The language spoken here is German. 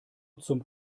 zum